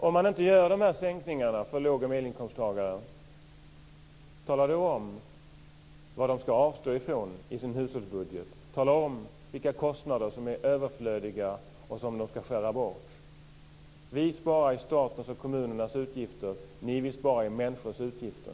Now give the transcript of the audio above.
Om man inte gör de här sänkningarna för låg och medelinkomsttagarna, vad ska de då avstå ifrån i sin hushållsbudget? Tala om vilka kostnader som är överflödiga och som de ska skära bort! Vi sparar på statens och kommunernas utgifter. Ni vill spara på människornas utgifter.